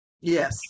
Yes